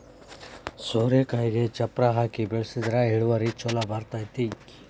ಸೋರೆಕಾಯಿಗೆ ಚಪ್ಪರಾ ಹಾಕಿ ಬೆಳ್ಸದ್ರ ಇಳುವರಿ ಛಲೋ ಬರ್ತೈತಿ